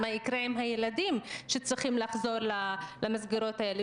מה יקרה עם הילדים שצריכים לחזור למסגרות האלה.